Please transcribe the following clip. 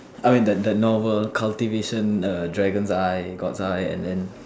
I mean the the novel cultivation the dragon eyes Gods eyes and then